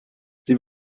sie